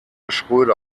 schröder